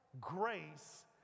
grace